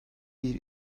bir